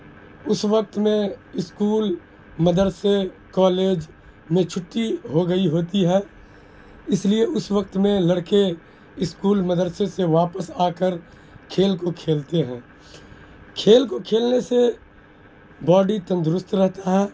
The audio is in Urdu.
اس وقت میں اسکول مدرسے کالج میں چھٹی ہو گئی ہوتی ہے اس لیے اس وقت میں لڑکے اسکول مدرسے سے واپس آ کر کھیل کو کھیلتے ہیں کھیل کو کھیلنے سے باڈی تندرست رہتا ہے